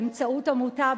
באמצעות עמותה,